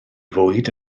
fwyd